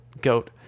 goat